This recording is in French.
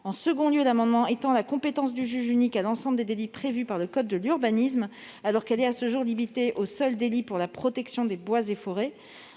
; deuxièmement, en étendant la compétence du juge unique à l'ensemble des délits prévus par le code de l'urbanisme, alors qu'elle est à ce jour limitée aux seuls délits « pour la protection des bois et forêts »;